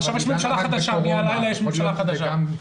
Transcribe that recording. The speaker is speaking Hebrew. אבל עכשיו יש ממשלה חדשה, מהלילה יש ממשלה חדשה.